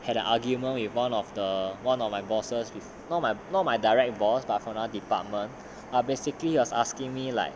had a argument with one of the one of my bosses not not my direct boss but from another department ya basically he was asking me like